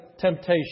temptation